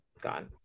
gone